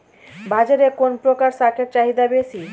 বাজারে কোন প্রকার শাকের চাহিদা বেশী?